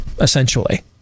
essentially